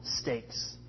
stakes